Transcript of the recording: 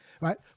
right